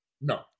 no